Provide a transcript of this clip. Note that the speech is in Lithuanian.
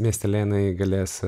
miestelėnai galės